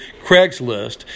Craigslist